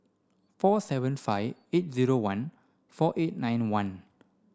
four seven five eight zero one four eight nine one